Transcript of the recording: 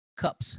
cups